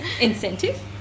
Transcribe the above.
Incentive